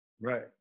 Right